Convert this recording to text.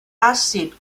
àcid